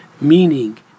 meaning